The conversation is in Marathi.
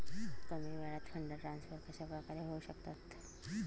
कमी वेळात फंड ट्रान्सफर कशाप्रकारे होऊ शकतात?